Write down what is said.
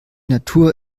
natur